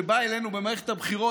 כשבא אלינו במערכת הבחירות,